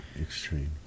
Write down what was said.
Extreme